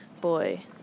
Boy